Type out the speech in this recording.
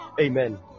Amen